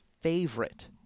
favorite